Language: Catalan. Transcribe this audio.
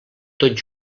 tot